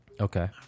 Okay